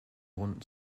runden